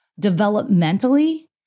Developmentally